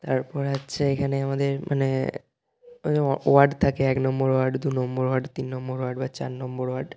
তারপর হচ্ছে এখানে আমাদের মানে ওই ওয়ার্ড থাকে এক নম্বর ওয়ার্ড দুনম্বর ওয়ার্ড তিন নম্বর ওয়ার্ড বা চার নম্বর ওয়ার্ড